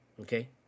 Okay